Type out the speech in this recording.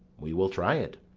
we will try it.